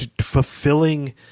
fulfilling